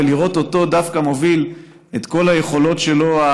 לראות דווקא אותו מוביל את כל היכולות שלו,